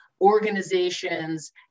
organizations